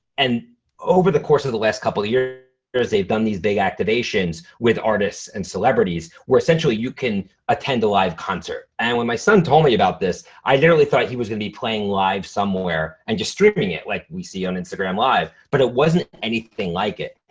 and over the course of the last couple of years, they've done these big activations with artists and celebrities where essentially you can attend a live concert. and when my son told me about this, i literally thought he was gonna be playing live somewhere and just streaming it like we see on instagram live. but it wasn't anything like it.